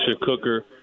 cooker